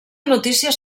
notícies